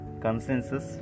consensus